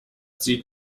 sieht